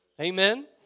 Amen